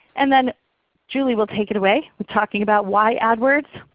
and then julie will take it away with talking about why adwords,